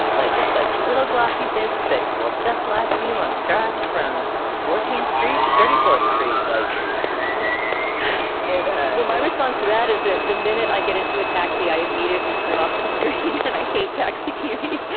like it's like little glassy bits that will just last you on the drive from fourteenth street. the thirty fourth street. like it it ah well my response to that is that the minute i get into a taxi i immediately turn off the screen and i hate taxi tv.